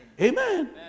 Amen